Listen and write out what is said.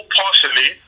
partially